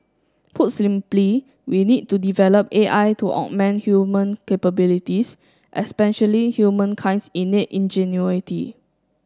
put simply we need to develop A I to augment human capabilities especially humankind's innate ingenuity